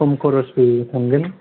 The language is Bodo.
खम खरसयै थांगोन